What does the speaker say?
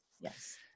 Yes